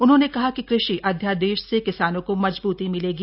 उन्होंने कहा कि कृषि अध्यादेश से किसानों को मजबूती मिलेगी